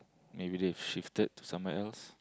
maybe they shifted to somewhere else